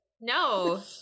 No